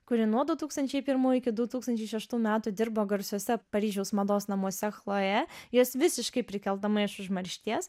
kuri nuo du tūkstančiai pirmųjų iki du tūkstančia šeštųjų metų dirbo garsiose paryžiaus mados namuose chloje juos visiškai prikeldama iš užmaršties